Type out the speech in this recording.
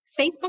Facebook